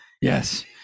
yes